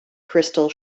crystal